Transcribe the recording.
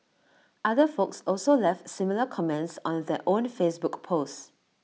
other folks also left similar comments on their own Facebook post